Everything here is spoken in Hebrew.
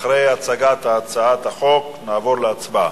אחרי הצגת הצעת החוק נעבור להצבעה.